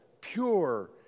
pure